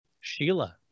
Sheila